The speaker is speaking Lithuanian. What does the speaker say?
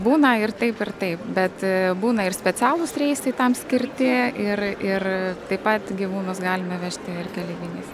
būna ir taip ir taip bet būna ir specialūs reisai tam skirti ir ir taip pat gyvūnus galima vežti ir keleiviniais